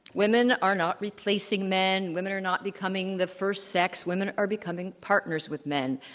women are not replacing men. women are not becoming the first sex. women are becoming partners with men.